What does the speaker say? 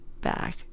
back